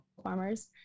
farmers